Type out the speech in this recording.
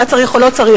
אם היה צריך או לא צריך,